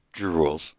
Drools